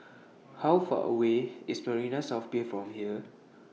How Far away IS Marina South Pier from here